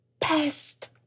best